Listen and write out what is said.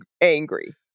angry